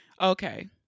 Okay